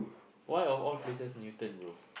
why of all places Newton bro